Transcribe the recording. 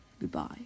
Goodbye